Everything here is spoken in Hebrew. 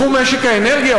בתחום משק האנרגיה,